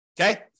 Okay